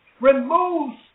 Remove